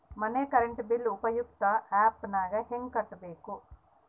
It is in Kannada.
ಮನೆ ಕರೆಂಟ್ ಬಿಲ್ ಉಪಯುಕ್ತತೆ ಆ್ಯಪ್ ನಾಗ ಹೆಂಗ ಕಟ್ಟಬೇಕು?